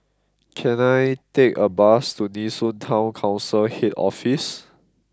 can I take a bus to Nee Soon Town Council Head Office